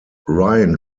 ryan